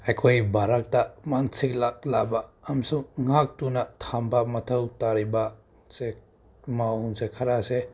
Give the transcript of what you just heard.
ꯑꯩꯈꯣꯏ ꯚꯥꯔꯠꯇ ꯃꯥꯡꯁꯤꯜꯂꯛꯂꯕ ꯑꯃꯁꯨꯡ ꯉꯥꯛꯇꯨꯅ ꯊꯝꯕ ꯃꯊꯧ ꯇꯥꯔꯤꯕꯁꯦ ꯃꯑꯣꯡꯁꯦ ꯈꯔꯁꯦ